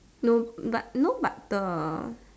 no but no but the